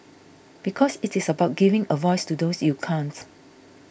because it is about giving a voice to those you can't